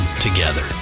together